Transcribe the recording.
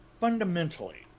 fundamentally